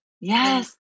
yes